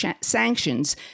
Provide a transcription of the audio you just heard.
sanctions